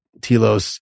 telos